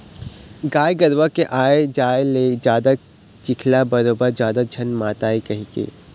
गाय गरूवा के आए जाए ले जादा चिखला बरोबर जादा झन मातय कहिके